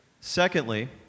Secondly